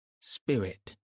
Spirit